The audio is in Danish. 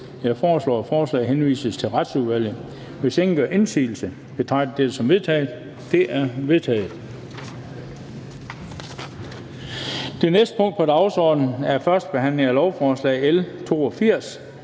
Jeg foreslår, at forslaget henvises til Retsudvalget. Hvis ingen gør indsigelse, betragter jeg dette som vedtaget Det er vedtaget. --- Det næste punkt på dagsordenen er: 15) 1. behandling af lovforslag nr.